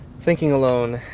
thinking alone,